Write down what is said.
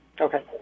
Okay